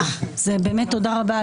באמת תודה רבה,